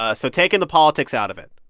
ah so taking the politics out of it,